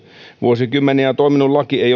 vuosikymmeniä toiminut laki ei ole enää